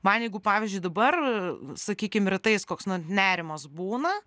man jeigu pavyzdžiui dabar sakykim rytais koks nu nerimas būna